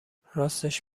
راستش